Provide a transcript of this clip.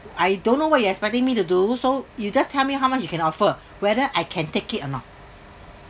I don't know what you're expecting me to do so you just tell me how much you can offer whether I can take it or not